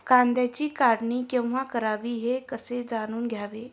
कांद्याची काढणी केव्हा करावी हे कसे जाणून घ्यावे?